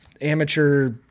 amateur